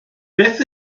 beth